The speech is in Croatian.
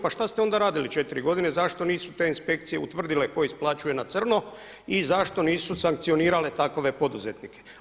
Pa šta ste onda radili 4 godine, zašto nisu te inspekcije utvrdili tko isplaćuje na crno i zašto nisu sankcionirale takove poduzetnike?